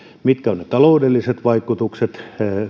mitkä ovat ne taloudelliset vaikutukset